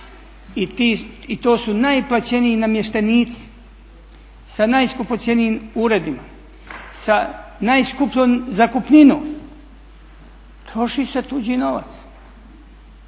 i to su najplaćeniji namještenici, sa najskupocjenijim uredima, sa najskupljom zakupninom, troši se tuđi novac.